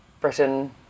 britain